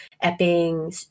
Epping